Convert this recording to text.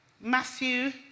Matthew